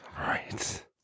Right